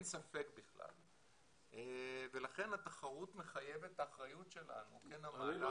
אין ספק בכלל ולכן התחרות מחייבת את האחריות שלנו כנמל להכין את עצמנו.